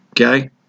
Okay